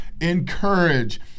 encourage